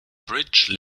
bridge